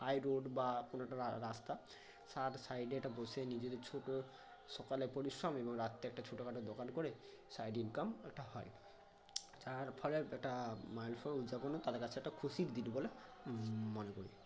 high road বা কোনও একটা রাস্তা সাইডে একটা বসে নিজেদের ছোট সকালের পরিশ্রম এবং রাত্রে একটা ছোটখাটো দোকান করে সাইড ইনকাম একটা হয় যার ফলে একটা মাইল ফলক উদযাপনে তাদের কাছে একটা খুশির দিন বলে মনে করি